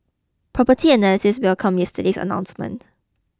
property analysts welcomed yesterday's announcement